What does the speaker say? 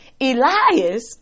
Elias